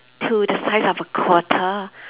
to the size of a quarter